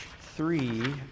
three